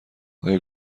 آیا